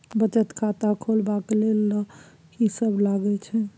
बचत खाता खोलवैबे ले ल की सब लगे छै?